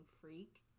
freak